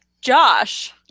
Josh